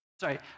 sorry